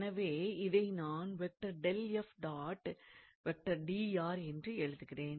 எனவே இதை நான் என்று எழுதுகிறேன்